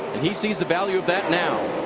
he sees the value of that now.